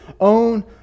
own